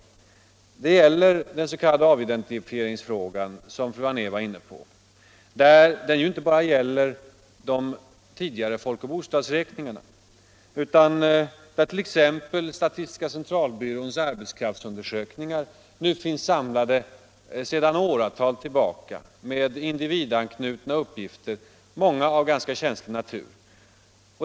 För det första är det den s.k. avidentifieringsfrågan, som fru Anér var inne på, där det inte bara gäller de tidigare folkoch bostadsräkningarna, utan där t.ex. statistiska centralbyråns arbetskraftsundersökningar nu finns samlade sedan åratal tillbaka med individanknutna uppgifter, många av ganska känslig natur.